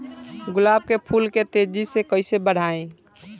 गुलाब के फूल के तेजी से कइसे बढ़ाई?